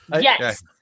yes